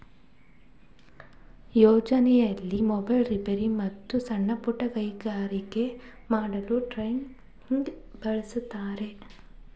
ಯೋಜನೆಯಲ್ಲಿ mobile repair, ಮತ್ತು ಸಣ್ಣಪುಟ್ಟ ಗುಡಿ ಕೈಗಾರಿಕೆ ಮಾಡಲು ಟ್ರೈನಿಂಗ್ ಕೊಡ್ತಾರೆ